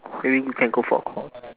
maybe we can go for a course